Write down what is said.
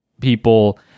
people